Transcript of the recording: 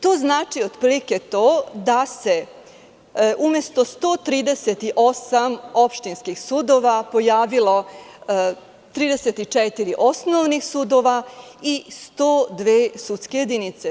To znači otprilike to da se umesto 138 opštinskih sudova pojavilo 34 osnovnih sudova i 102 sudske jedinice.